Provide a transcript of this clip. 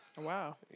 Wow